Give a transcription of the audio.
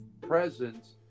presence